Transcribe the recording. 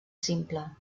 simple